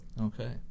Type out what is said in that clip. Okay